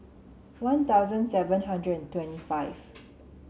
One Thousand seven hundred and twenty five